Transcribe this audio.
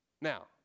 Now